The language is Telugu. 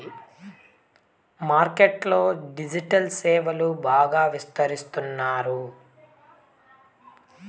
మార్కెట్ లో డిజిటల్ సేవలు బాగా విస్తరిస్తున్నారు